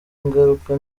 ingaruka